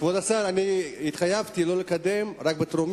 בעזרת השם בלי נדר.